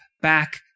back